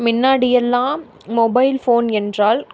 முன்னாடி எல்லாம் mobile phone என்றால்